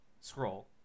scroll